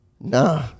nah